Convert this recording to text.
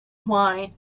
wine